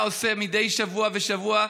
מה שהיה עושה מדי שבוע בשבוע.